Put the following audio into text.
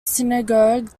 synagogue